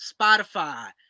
Spotify